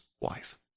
wife